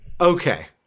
Okay